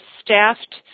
staffed